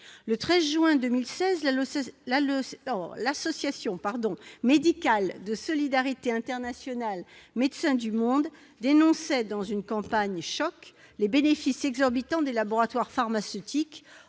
Le 13 juin 2016, l'association médicale de solidarité internationale Médecins du monde dénonçait dans une campagne-choc les bénéfices exorbitants des laboratoires pharmaceutiques.